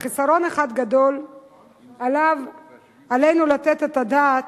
חיסרון אחד גדול שעליו עלינו לתת את הדעת,